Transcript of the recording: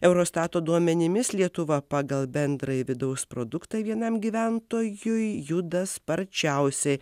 eurostato duomenimis lietuva pagal bendrąjį vidaus produktą vienam gyventojui juda sparčiausiai